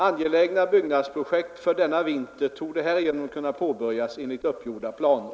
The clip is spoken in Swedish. Angelägna byggnadsprojekt för denna vinter torde härigenom kunna påbörjas enligt uppgjorda planer.